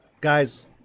Guys